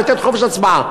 לתת חופש הצבעה.